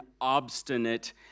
obstinate